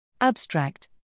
Abstract